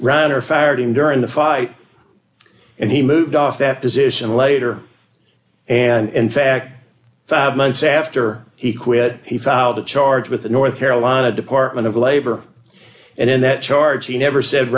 rather fired him during the fight and he moved off that position later and fact five months after he quit he filed a charge with the north carolina department of labor and in that charge he never said